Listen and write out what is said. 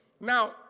Now